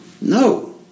No